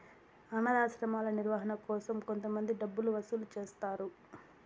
అనాధాశ్రమాల నిర్వహణ కోసం కొంతమంది డబ్బులు వసూలు చేస్తారు